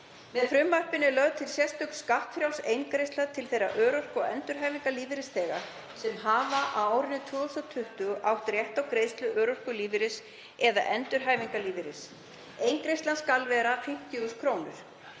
Með frumvarpinu er lögð til sérstök skattfrjáls eingreiðsla til þeirra örorku- og endurhæfingarlífeyrisþega sem hafa á árinu 2020 átt rétt á greiðslu örorkulífeyris eða endurhæfingarlífeyris. Eingreiðslan skal vera 50.000 kr.